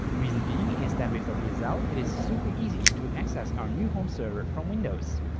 reason being is that with wsl it is super easy to access our new home server from windows.